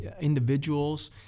individuals